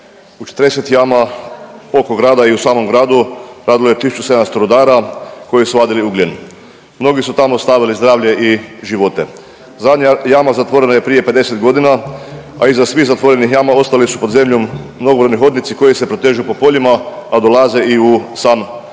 U 40 jama oko grada i u samom gradu, radilo je 1700 rudara koji su vadili ugljen. Mnogi su tamo ostavili zdravlje i živote. Zadnja jama zatvorena je prije 50 godina, a iza svih zatvorenih jama ostali su pod zemljom mnogobrojni hodnici koji se protežu po poljima, a dolaze i u sam grad,